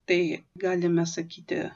tai galime sakyti